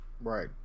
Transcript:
Right